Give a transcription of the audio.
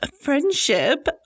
friendship